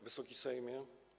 Wysoki Sejmie!